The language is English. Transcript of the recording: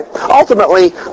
Ultimately